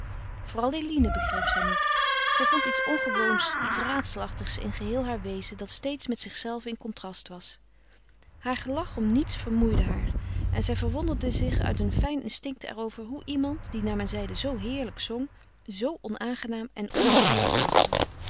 vooral eline begreep zij niet zij vond iets ongewoons iets raadselachtigs in geheel haar wezen dat steeds met zichzelve in contrast was haar gelach om niets vermoeide haar en zij verwonderde zich uit een fijn instinct er over hoe iemand die naar men zeide zoo heerlijk zong zoo onaangenaam en onnatuurlijk lachte